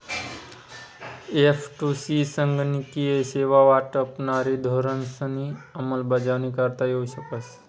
एफ.टु.सी संगणकीय सेवा वाटपवरी धोरणंसनी अंमलबजावणी करता येऊ शकस